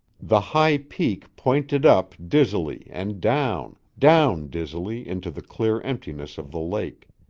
the high peak pointed up dizzily and down, down dizzily into the clear emptiness of the lake.